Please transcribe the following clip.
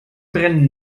brennen